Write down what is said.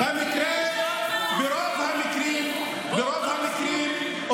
ברוב המקרים,